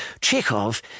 Chekhov